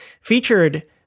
featured